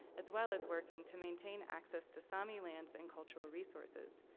as well as working to maintain access to sami lands and cultural resources.